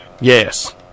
Yes